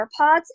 AirPods